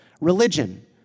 religion